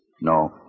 No